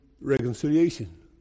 reconciliation